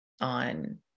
on